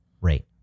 rate